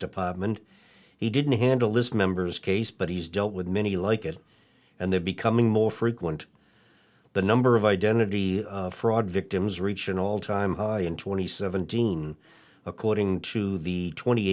department he didn't handle a list members case but he's dealt with many like it and they're becoming more frequent the number of identity fraud victims reach an all time high in twenty seventeen according to the twenty